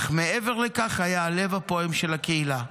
אך מעבר לכך, הוא היה הלב הפועם של הקהילה.